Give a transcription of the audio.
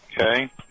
Okay